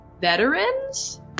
veterans